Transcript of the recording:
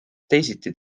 teisiti